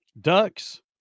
Ducks